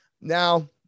Now